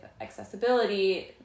accessibility